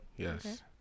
Yes